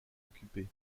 occupés